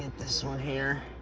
and this one here.